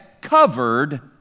covered